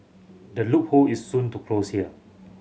the loophole is soon to close here